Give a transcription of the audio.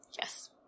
Yes